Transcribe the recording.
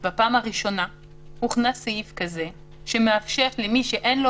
בפעם הראשונה הוכנס סעיף כזה שמאפשר למי שאין לו